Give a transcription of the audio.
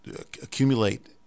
accumulate